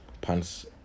pants